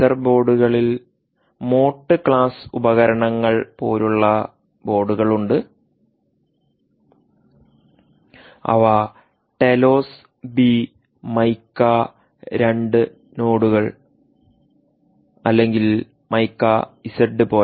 sensor ബോർഡുകളിൽ mote class ഉപകരണങ്ങൾ പോലുള്ള ബോർഡുകളുണ്ട് അവ ടെലോസ് ബി മൈക്ക 2 നോഡുകൾ അല്ലെങ്കിൽ മൈക്ക ഇസഡ്